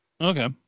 Okay